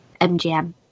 MGM